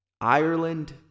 ireland